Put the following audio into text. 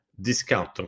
discount